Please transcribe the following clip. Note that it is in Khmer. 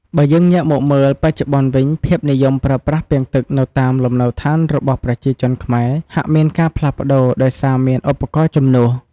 បើយើងងាកមកមើល បច្ចុប្បន្នវិញភាពនិយមប្រើប្រាស់ពាងទឹកនៅតាមលំនៅដ្ឋានរបស់ប្រជាជនខ្មែរ ហាក់មានការផ្លាស់ប្ដូរដោយសារមានឧបករណ៍ជំនួស។